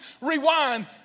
rewind